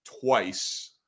twice